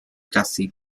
kasih